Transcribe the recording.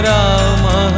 Rama